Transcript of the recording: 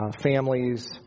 families